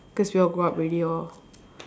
cause we all grow up already lor